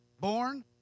born